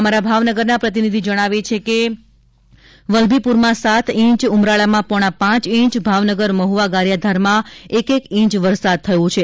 અમારા ભાવનગરના પ્રતિનિધિ જણાવે છે કે વલ્લભીપુરમાં સાત ઇંચ ઉમરાળામાં પોણા પાંચ ઇંચ ભાવનગર મહુવા ગારીયાધારમાં એક એક ઇંચ વરસાદ થયો છે